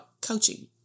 coaching